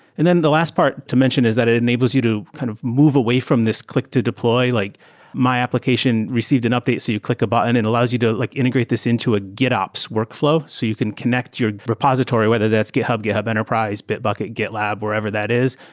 and then the last part to mention is that it enables you to kind of move away from this click to deploy, like my application received an update, so you click a button and it allows you to like integrate this into a gitops workflow so you can connect your repository, whether that's github, githut enterprise, bitbucket, gitlab, wherever that is.